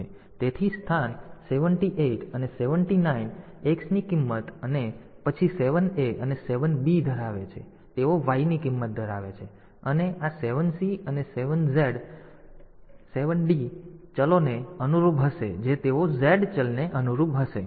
તેથી સ્થાન 7 8 અને 7 9 તેઓ X ની કિંમત અને પછી 7 A અને 7 B ધરાવે છે તેઓ Y ની કિંમત ધરાવે છે અને આ 7 C અને 7 D તેઓ ચલોને અનુરૂપ હશે જે તેઓ Z ચલને અનુરૂપ હશે